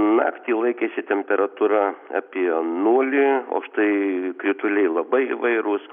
naktį laikėsi temperatūra apie nulį o štai krituliai labai įvairūs